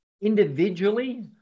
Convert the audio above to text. individually